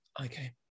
Okay